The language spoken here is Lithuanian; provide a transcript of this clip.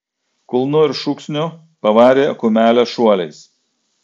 kulnu ir šūksniu pavarė kumelę šuoliais